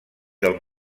del